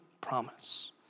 promise